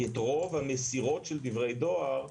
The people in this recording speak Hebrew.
כי את רוב המסירות של דברי דואר,